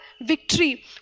victory